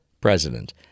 president